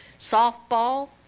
softball